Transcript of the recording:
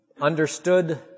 understood